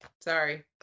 Sorry